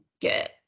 get